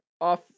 off